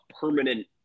permanent